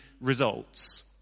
results